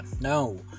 No